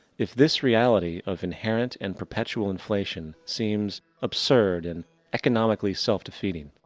if this reality of inherent and perpetual inflation seems absurd and economically self defeating.